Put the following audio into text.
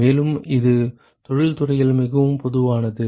மேலும் இது தொழில்துறையில் மிகவும் பொதுவானது